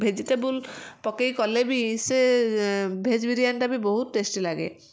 vegetable ପକାଇ କଲେ ବି ସେ ଭେଜ୍ ବିରିୟାନିଟା ବି ବହୁତ ଟେଷ୍ଟି ଲାଗେ